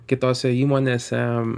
kitose įmonėse